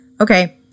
Okay